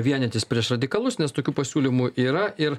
vienytis prieš radikalus nes tokių pasiūlymų yra ir